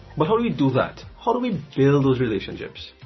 but how do you do that? how do we build those relationships?